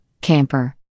Camper